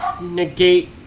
negate